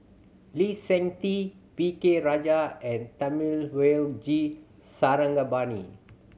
Lee Seng Tee V K Rajah and Thamizhavel G Sarangapani